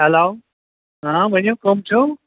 hello آ ؤنِو کُم چھِو